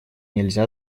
нельзя